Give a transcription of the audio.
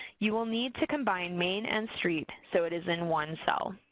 you will need to combine main and street so it is in one cell.